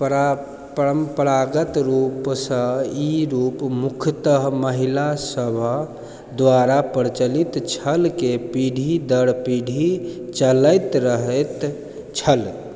परम्परागत रूपसँ ई रूप मुख्यतः महिलासभ द्वारा प्रचलित छल जे पीढ़ी दर पीढ़ी चलैत रहैत छल